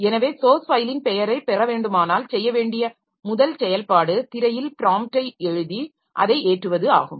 எனவே சோர்ஸ் ஃபைலின் பெயரைப் பெற வேண்டுமானால் செய்ய வேண்டிய முதல் செயல்பாடு திரையில் ப்ராம்ப்டை எழுதி அதை ஏற்றுவது ஆகும்